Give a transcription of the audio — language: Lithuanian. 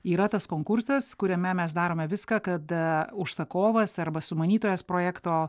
yra tas konkursas kuriame mes darome viską kad užsakovas arba sumanytojas projekto